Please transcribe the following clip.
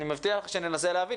אני מבטיח שננסה להבין.